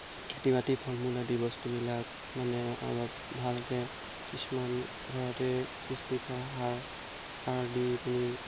খেতি বাতি ফল মূল আদি বস্তুবিলাক মানে অলপ ভালকৈ কিছুমান ঘৰতে সৃষ্টি কৰা সাৰ দি পিনি